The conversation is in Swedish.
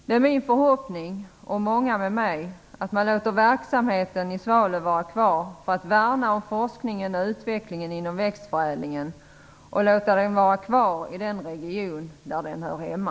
Det är min förhoppning, och många andras, att man låter verksamheten i Svalöv vara kvar, detta för att värna om forskningen och utvecklingen inom västförädlingen och låta den vara kvar i den region där den hör hemma.